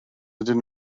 ydyn